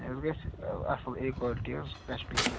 مےٚ حظ گَژھِ اصل اے کالٹی حظ کٔشمیٖری